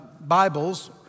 Bibles